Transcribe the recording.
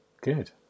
Good